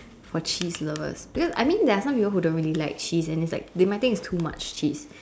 for cheese lovers because I mean there are some people who don't really like cheese and it's like they might think it's too much cheese